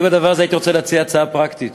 אני בדבר הזה הייתי רוצה להציע הצעה פרקטית,